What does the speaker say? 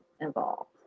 involved